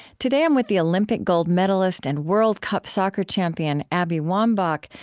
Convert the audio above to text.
today i'm with the olympic gold medalist and world cup soccer champion, abby wambach,